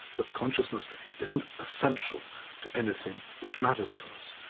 that consciousness isn't essential to anything which matters to us.